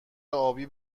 ابی